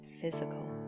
Physical